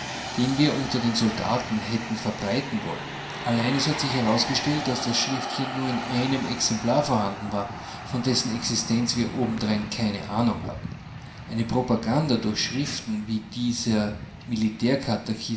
den wir unter den soldaten hätten verbreiten wollen allein es hat sich herausgestellt daß das schriftchen nur in einem exemplar vorhanden war von dessen existenz wir obendrein keine ahnung hatten eine propaganda durch schriften wie dieser